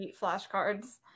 Flashcards